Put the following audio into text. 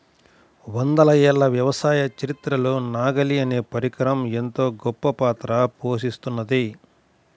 వందల ఏళ్ల వ్యవసాయ చరిత్రలో నాగలి అనే పరికరం ఎంతో గొప్పపాత్ర పోషిత్తున్నది